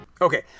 Okay